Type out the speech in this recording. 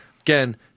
again